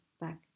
back